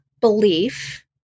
belief